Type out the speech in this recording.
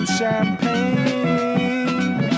champagne